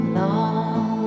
long